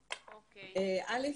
א.